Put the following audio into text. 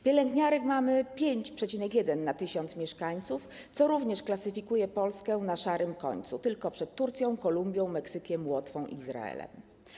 Pielęgniarek mamy 5,1 na 1 tys. mieszkańców, co również klasyfikuje Polskę na szarym końcu, tylko przed Turcją, Kolumbią, Meksykiem, Łotwą i Izraelem.